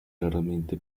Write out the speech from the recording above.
raramente